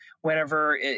whenever